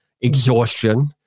exhaustion